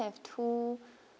have two